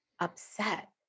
upset